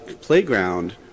playground